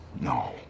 No